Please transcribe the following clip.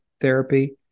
therapy